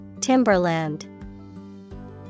Timberland